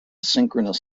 synchronous